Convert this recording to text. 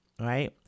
Right